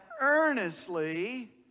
earnestly